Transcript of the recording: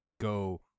go